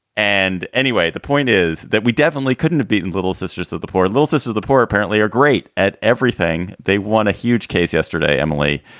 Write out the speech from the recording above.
and anyway, the point is that we definitely couldn't have beaten little sisters of the poor. little sisters of the poor apparently are great at everything. they won a huge case yesterday. emily,